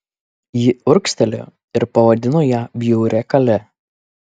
jis urgztelėjo ir pavadino ją bjauria kale